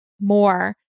more